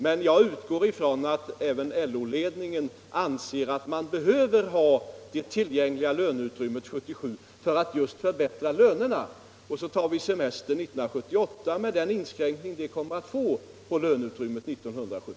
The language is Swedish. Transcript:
Men jag utgår från att även LO-ledningen anser att man behöver ha det tillgängliga löneutrymmet 1977 just för att förbättra " lönerna, och så tar vi den femte semesterveckan 1978, med den inskränk ning som det kommer att få på löneutrymmet det året.